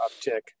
uptick